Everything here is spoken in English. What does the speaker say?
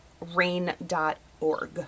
rain.org